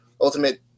Ultimate